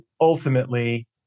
ultimately